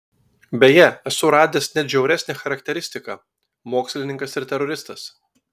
beje esu radęs net žiauresnę charakteristiką mokslininkas ir teroristas